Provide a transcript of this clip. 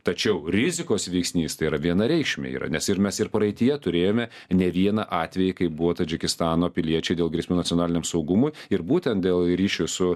tačiau rizikos veiksnys tai yra vienareikšmiai yra nes ir mes ir praeityje turėjome ne vieną atvejį kai buvo tadžikistano piliečiai dėl grėsmių nacionaliniam saugumui ir būtent dėl ryšių su